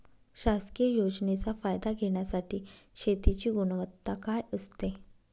शासकीय योजनेचा फायदा घेण्यासाठी शेतीची गुणवत्ता काय असते?